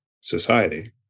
society